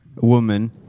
woman